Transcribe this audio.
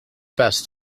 best